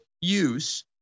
use